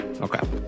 okay